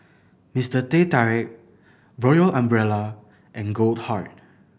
Mister Teh Tarik Royal Umbrella and Goldheart